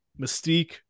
Mystique